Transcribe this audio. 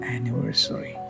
Anniversary